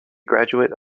graduate